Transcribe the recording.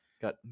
Got